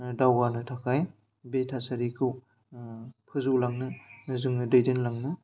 दावगानो थाखाय बे थासारिखौ फोजौलांनो जोङो दैदेनलांनो